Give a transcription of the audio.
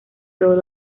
todos